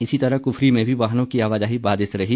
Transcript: इसी तरह कुफरी में भी वाहनों की आवाजाही बाधित रही